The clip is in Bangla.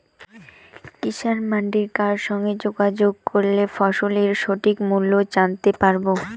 কিষান মান্ডির কার সঙ্গে যোগাযোগ করলে ফসলের সঠিক মূল্য জানতে পারবো?